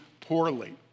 poorly